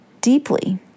deeply